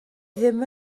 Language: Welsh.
ddim